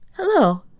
Hello